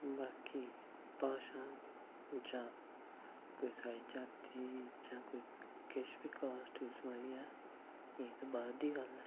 बाकी भाशा जां कोई साढ़ी जाति जां कोई केश बी कास्टिज़म आई गेआ एह् ते बाद दी गल्ल ऐ